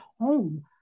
home